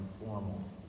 informal